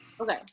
Okay